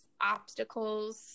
obstacles